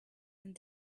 and